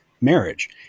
marriage